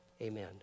Amen